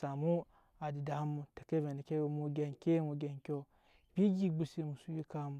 sen tɛka mu ba ema ede enshɛ.